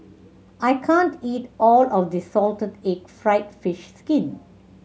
I can't eat all of this salted egg fried fish skin